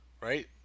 right